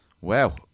Wow